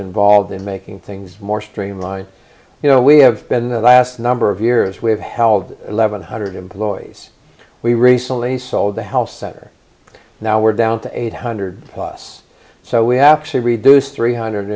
nvolved in making things more streamline you know we have been the last number of years we have held eleven hundred employees we recently sold the health center now we're down to eight hundred plus so we have to reduce three hundred